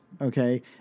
Okay